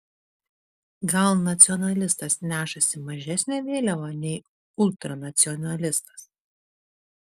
gal nacionalistas nešasi mažesnę vėliavą nei ultranacionalistas